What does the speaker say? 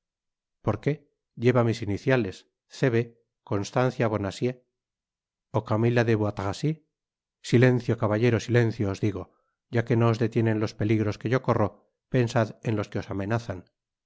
por qué lleva mis iniciales c b constancia bonacieux o camila de bois tracy silencio caballero silencio os digo ya que no os detienen los peligros que yo corro pensad en los que os amenazan